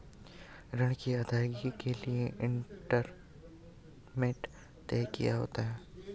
ऋण की अदायगी के लिए इंस्टॉलमेंट तय किए होते हैं